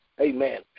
Amen